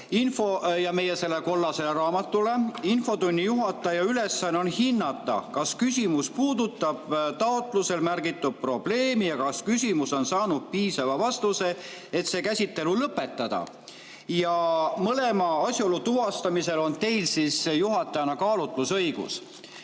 146 ja meie sellele kollasele raamatule, on infotunni juhataja ülesanne hinnata, kas küsimus puudutab taotlusel märgitud probleemi ja kas küsimus on saanud piisava vastuse, et see käsitelu lõpetada. Mõlema asjaolu tuvastamisel on teil juhatajana kaalutlusõigus.